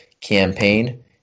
campaign